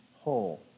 whole